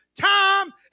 time